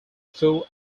full